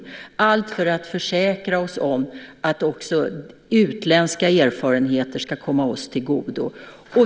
Allt detta gör vi för att försäkra oss om att också utländska erfarenheter ska komma oss till godo.